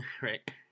right